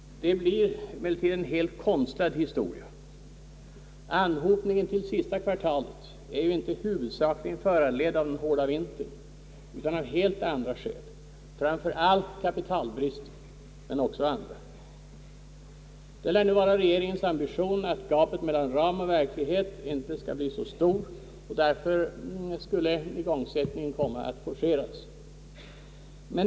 Det blir emellertid en helt konstlad historia. Anhopningen till sista kvartalet är inte huvudsakligen föranledd av den hårda vintern utan har helt andra skäl, framför allt kapitalbristen, men det finns också andra orsaker, Det lär vara regeringens ambition att gapet mellan ram och verklighet inte skall bli så stort och därför skulle igångsättningen komma att forceras.